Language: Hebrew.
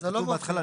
זה כתוב בהתחלה,